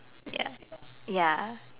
ya ya